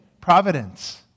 providence